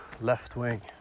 left-wing